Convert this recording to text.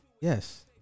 yes